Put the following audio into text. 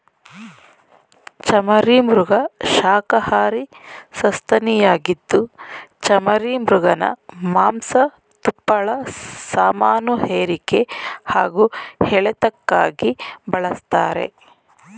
ಚಮರೀಮೃಗ ಶಾಖಹಾರಿ ಸಸ್ತನಿಯಾಗಿದ್ದು ಚಮರೀಮೃಗನ ಮಾಂಸ ತುಪ್ಪಳ ಸಾಮಾನುಹೇರಿಕೆ ಹಾಗೂ ಎಳೆತಕ್ಕಾಗಿ ಬಳಸ್ತಾರೆ